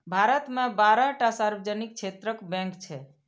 भारत मे बारह टा सार्वजनिक क्षेत्रक बैंक छै